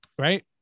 Right